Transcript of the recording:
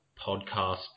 podcast